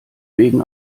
wegen